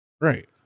Right